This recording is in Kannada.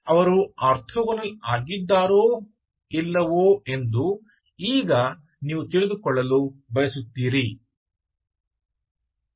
ಅವರು ಆರ್ಥೋಗೋನಲ್ ಆಗಿದ್ದಾರೋ ಇಲ್ಲವೋ ಎಂದು ಈಗ ನೀವು ತಿಳಿದುಕೊಳ್ಳಲು ಬಯಸುತ್ತೀರಿ